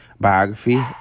biography